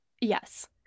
Yes